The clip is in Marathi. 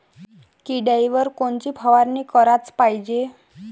किड्याइवर कोनची फवारनी कराच पायजे?